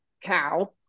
cow